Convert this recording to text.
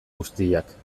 guztiak